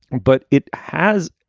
but it has.